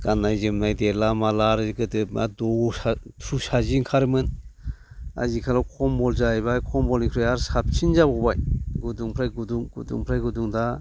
गाननाय जोमनाय देला माला आरो गोदो मा दसा थुसा जि ओंखारोमोन आजिखालाव खमबल जाहैबाय खम्बलनिफ्राय आरो साबसिन जाबावबाय गुदुंनिफ्राय गुदुं गुदुंनिफ्राय गुदुं दा